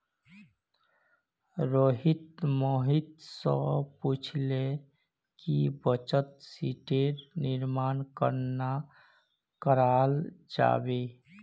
रोहित मोहित स पूछले कि बचत शीटेर निर्माण कन्ना कराल जाबे